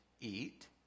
eat